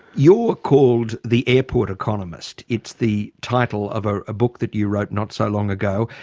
you're called the airport economist. it's the title of a book that you wrote not so long ago.